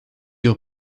your